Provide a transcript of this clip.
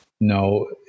no